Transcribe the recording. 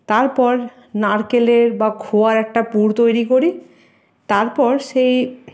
তারপর নারকেলের বা খোয়ায় একটা পুর তৈরি করি তারপর সেই